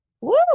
Woo